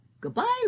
Goodbye